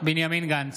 בנימין גנץ,